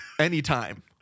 anytime